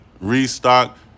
restock